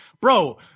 bro